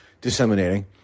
disseminating